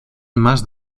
más